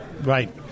Right